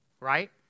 right